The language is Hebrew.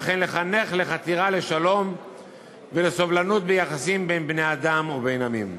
וכן לחנך לחתירה לשלום ולסובלנות ביחסים בין בני-אדם ובין עמים.